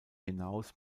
hinaus